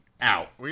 out